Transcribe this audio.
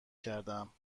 کردهام